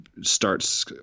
starts